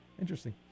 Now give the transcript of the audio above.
Interesting